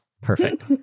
Perfect